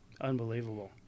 Unbelievable